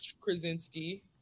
Krasinski